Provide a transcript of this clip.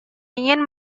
ingin